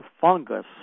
fungus